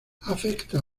afecta